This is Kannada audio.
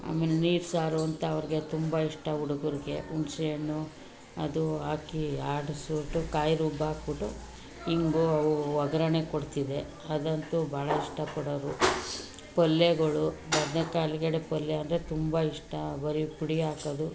ಆಮೇಲೆ ನೀರು ಸಾರು ಅಂತ ಅವ್ರಿಗೆ ತುಂಬ ಇಷ್ಟ ಹುಡ್ಗುರ್ಗೆ ಹುಣ್ಸೆ ಹಣ್ಣು ಅದು ಹಾಕಿ ಆಡಿಸ್ಬಿಟ್ಟು ಕಾಯಿ ರುಬ್ಬಾಕ್ಬಿಟ್ಟು ಹಿಂಗು ಅವು ಒಗ್ಗರಣೆ ಕೊಡ್ತಿದ್ದೆ ಅಂದಂತೂ ಭಾಳ ಇಷ್ಟ ಪಡೋರು ಪಲ್ಯಗಳು ಬದನೇಕಾಯಿ ಆಲೂಗಡ್ಡೆ ಪಲ್ಯ ಅಂದರೆ ತುಂಬ ಇಷ್ಟ ಬರೀ ಪುಡಿ ಹಾಕೋದು